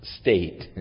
state